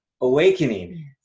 awakening